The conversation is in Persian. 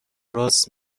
راست